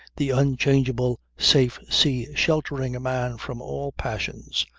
the unchangeable, safe sea sheltering a man from all passions,